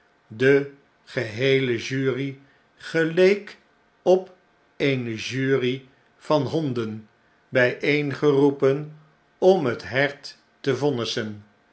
de geheele jury geleek op eene jury van honden bjjeengeroepen om het hert te vonnissen